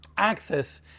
access